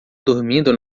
dormindo